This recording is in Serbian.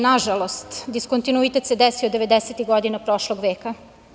Nažalost, diskontinuitet se desio devedesetih godina prošlog veka.